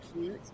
cute